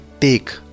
take